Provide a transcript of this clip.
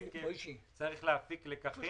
צריך להפיק לקחים.